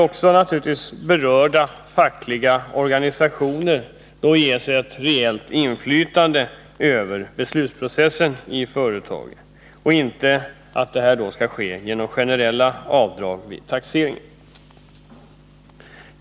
Och naturligtvis skall berörda fackliga organisationer ges ett reellt inflytande över denna beslutsprocess i företagen. Stödet bör alltså inte utgå i form av generella avdrag vid taxering.